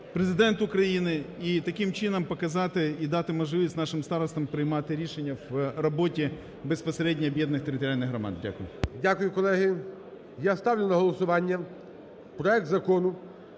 Президент України, і таким чином показати і дати можливість нашим старостам приймати рішення у роботі безпосередньо об'єднаних територіальних громад. Дякую. ГОЛОВУЮЧИЙ. Дякую, колеги. Я ставлю на голосування проект Закону